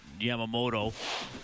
Yamamoto